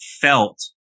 felt